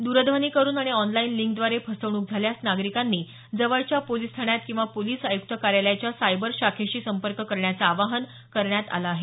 द्रध्वनी करुन आणि ऑनलाईन लिंकद्वारे फसवणूक झाल्यास नागरिकांनी जवळच्या पोलीस ठाण्यात किंवा पोलीस आयुक्त कार्यालयाच्या सायबर शाखेशी संपर्क करण्याचं आवाहन करण्यात आलं आहे